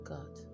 God